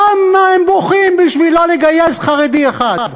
כמה הם בוכים בשביל לא לגייס חרדי אחד.